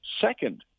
second